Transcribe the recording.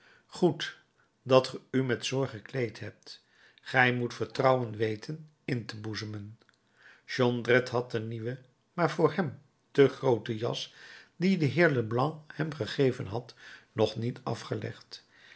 goed dat ge u met zorg gekleed hebt gij moet vertrouwen weten in te boezemen jondrette had de nieuwe maar voor hem te groote jas die de heer leblanc hem gegeven had nog niet afgelegd